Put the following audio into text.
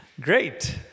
Great